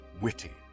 witty